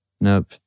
Nope